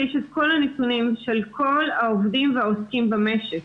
יש את כל הנתונים של כל העובדים והעוסקים במשק.